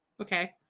Okay